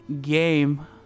Game